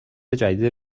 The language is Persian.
جدید